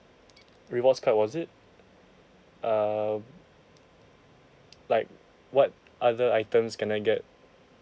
rewards card was it uh like what other items can I get